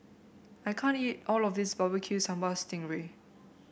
I can't eat all of this Barbecue Sambal Sting Ray